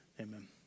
Amen